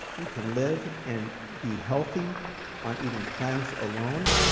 we can live and be healthy on eating plants alone.